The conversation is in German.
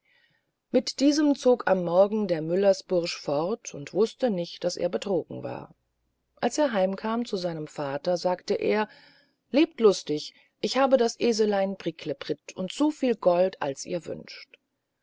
mit diesem zog am morgen der müllerspursch fort und wußte nicht daß er betrogen war als er heim kam zu seinem vater sagte er auch lebt lustig ich hab das eselein bricklebrit und so viel gold als ihr wünscht